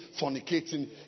fornicating